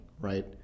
right